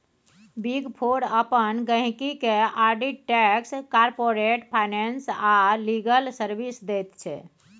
big four अपन गहिंकी केँ आडिट टैक्स, कारपोरेट फाइनेंस आ लीगल सर्विस दैत छै